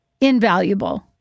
invaluable